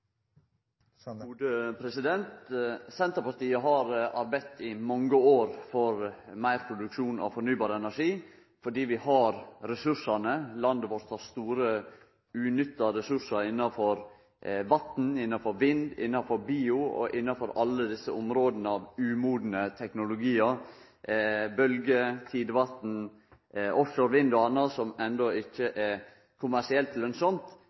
Senterpartiet har arbeidd i mange år for meir produksjon av fornybar energi fordi vi har ressursane – landet vårt har store uutnytta ressursar innanfor vatn, innanfor vind, innanfor bio og innanfor alle desse områda av umodne teknologiar: bølgje, tidevatn, offshore vind og anna, som enno ikkje er kommersielt